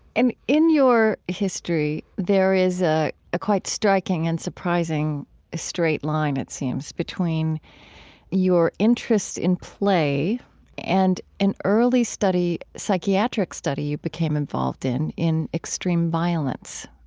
and in your history there is a quite striking and surprising straight line it seems between your interest in play and an early study psychiatric study you became involved in in extreme violence.